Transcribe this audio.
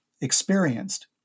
experienced